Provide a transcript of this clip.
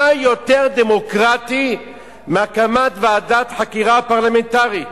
מה יותר דמוקרטי מהקמת ועדת חקירה פרלמנטרית?